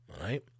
right